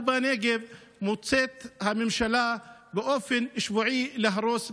ובנגב הממשלה מוצאת לנכון באופן שבועי להרוס.